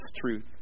truth